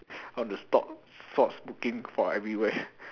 all the stop stop smoking for everywhere